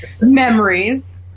Memories